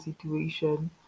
situation